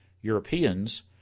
Europeans